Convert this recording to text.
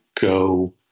go